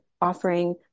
offering